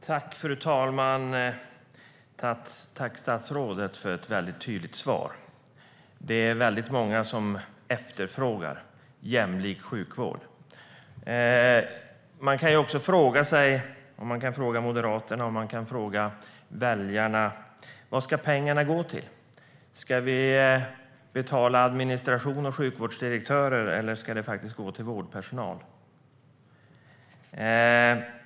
Fru talman! Tack, statsrådet, för ett väldigt tydligt svar! Det är många som efterfrågar en jämlik sjukvård. Man kan fråga sig, och man kan fråga Moderaterna och väljarna: Vad ska pengarna gå till? Ska vi betala administration och sjukvårdsdirektörer, eller ska det gå till vårdpersonal?